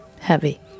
Heavy